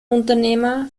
unternehmer